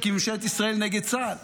כי ממשלת ישראל נגד צה"ל